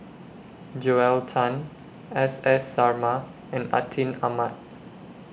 Joel Tan S S Sarma and Atin Amat